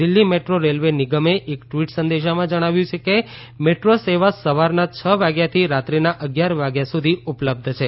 Delhi metro railway નિગમે એક tweet સંદેશામાં જણાવ્યું છે કે મેટ્રો સેવા સવારના છ વાગ્યાથી રાત્રીના અગ્યાર વાગ્યા સુધી ઉપલબ્ધ છે